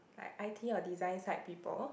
like i_t or design side people